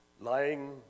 lying